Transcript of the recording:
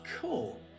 cool